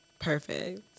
Perfect